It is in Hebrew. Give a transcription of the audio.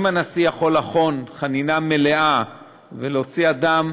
אם הנשיא יכול לחון חנינה מלאה ולהוציא אדם